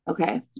okay